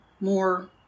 more